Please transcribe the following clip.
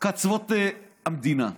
קצוות המדינה.